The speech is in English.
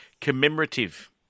Commemorative